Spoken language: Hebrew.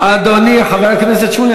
אדוני חבר הכנסת שמולי,